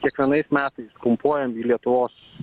kiekvienais metais pumpuojam į lietuvos